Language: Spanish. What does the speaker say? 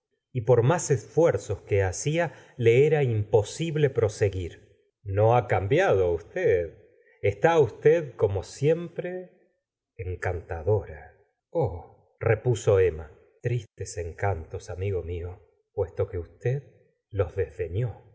y por más esfuerzos que hacia le era imposible proseguir no ha cambiado usted está usted como siempre encantadora oh repuso emma tristes encantos amigo mio puesto que usted los